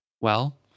Well